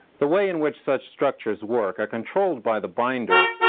the way in which such structures work are controlled by the binder,